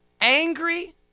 angry